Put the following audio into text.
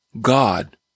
God